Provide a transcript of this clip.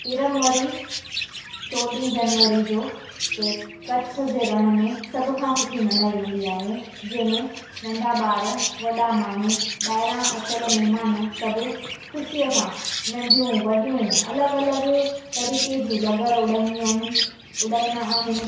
तिरमोरी चोॾहीं जनवरी जो हिते कच्छ जे रण में सभु खां सुठी मल्हाई वेंदी आहे जे में नंढा ॿार वॾा माण्हू ॿाहिरां आयल महिमान सभु ख़ुशीअ सां नंढियूं वॾियूं अलॻि अलॻि तरीक़े जूं लगड़ उॾाईंदियूं आहिनि उॾाईंदा आहिनि